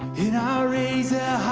in our razor